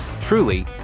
truly